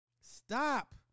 Stop